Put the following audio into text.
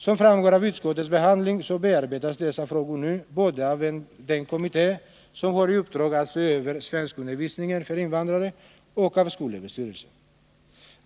Som framgår av utskottets behandling bearbetas dessa frågor nu både av den kommitté som har i uppdrag att se över svenskundervisningen för invandrare och av skolöverstyrelsen.